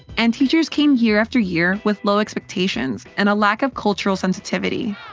and teachers came year after year with low expectations and a lack of cultural sensitivity